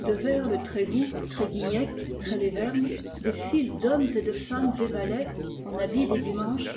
de vers le trévou tréguignec trélévern des files d'hommes et de femmes dévalaient en habits des dimanches